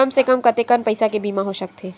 कम से कम कतेकन पईसा के बीमा हो सकथे?